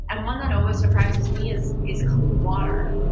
and one that always surprises me is is clean water.